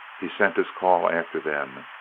he sent his call after them,